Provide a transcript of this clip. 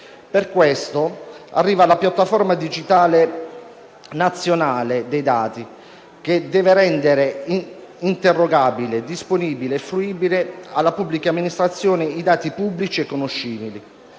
Per questo, arriva la piattaforma digitale nazionale dei dati, che deve rendere interrogabili, disponibili e fruibili alla pubblica amministrazione i dati pubblici e conoscibili.